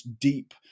deep